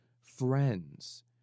friends